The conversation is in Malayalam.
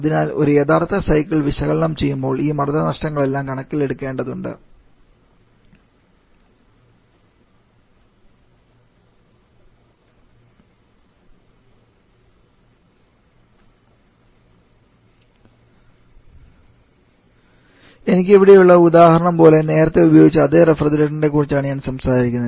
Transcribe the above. അതിനാൽ ഒരു യഥാർത്ഥ സൈക്കിൾ വിശകലനം ചെയ്യുമ്പോൾ ഈ മർദ്ദ നഷ്ടങ്ങളെല്ലാം കണക്കിലെടുക്കേണ്ടതുണ്ട് Refer Slide Time 3942 എനിക്ക് ഇവിടെയുള്ള ഉദാഹരണം പോലെ നേരത്തെ ഉപയോഗിച്ച അതേ റഫ്രിജറേറ്ററിനെക്കുറിച്ചാണ് ഞാൻ സംസാരിക്കുന്നത്